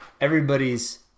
everybody's